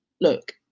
look